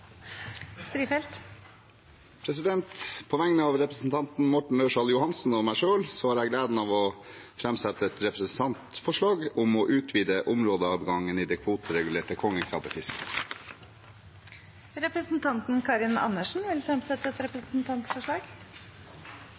Strifeldt vil fremsette et representantforslag. På vegne av representanten Morten Ørsal Johansen og meg selv har jeg gleden av å framsette et representantforslag om å utvide områdeadgangen i det kvoteregulerte kongekrabbefisket. Representanten Karin Andersen vil fremsette et representantforslag.